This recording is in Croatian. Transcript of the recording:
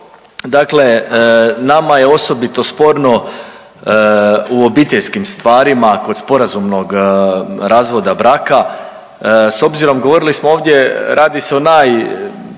dakle nama je osobito sporno u obiteljskim stvarima kod sporazumnog razvoda braka, s obzirom, govorili smo ovdje radi se o najranjivijima,